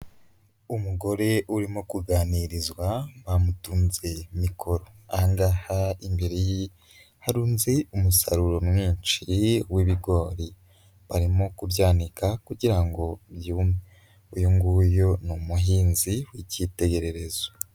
Umugore urimo kuganirizwa bamutunze mikoro, aha ngaha imbere ye, harunze umusaruro mwinshi w'ibigori, barimo kubyanika kugira ngo byummye, uyu nguyu ni umuhinzi w'icyitegererezo.